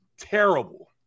terrible